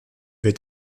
wird